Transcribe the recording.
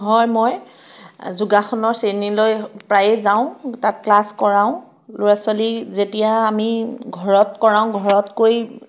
হয় মই যোগাসন শ্ৰেণীলৈ প্ৰায়ে যাওঁ তাত ক্লাছ কৰাওঁ ল'ৰা ছোৱালী যেতিয়া আমি ঘৰত কৰাওঁ ঘৰতকৈ